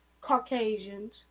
Caucasians